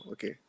Okay